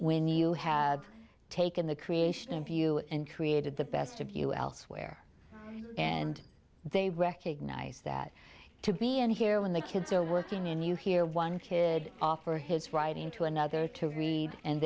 when you have taken the creation of you and created the best of you elsewhere and they recognize that to be in here when the kids are working in you hear one kid offer his writing to another to green and